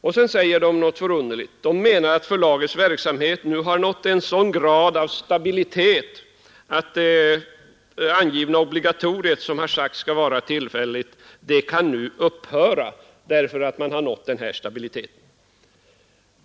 Och sedan säger de något underligt; de menar att förlagets verksamhet nu har nått en sådan grad av stabilitet att det angivna obligatoriet, som har sagts skall vara tillfälligt, nu bör upphöra.